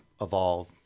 evolve